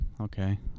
Okay